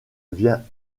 vient